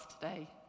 today